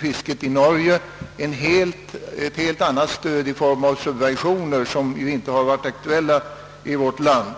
Fisket i Norge har dessutom ett helt annat stöd i form av direkta subventioner, något som inte har varit aktuellt i vårt land.